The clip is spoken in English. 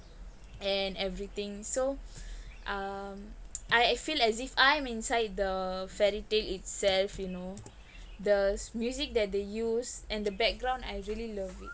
and everything so um I feel as if I'm inside the fairy tale itself you know the music that they use and the background I really love it